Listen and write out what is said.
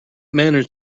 manage